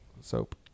Soap